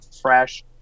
fresh